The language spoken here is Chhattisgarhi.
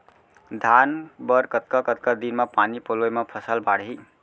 धान बर कतका कतका दिन म पानी पलोय म फसल बाड़ही?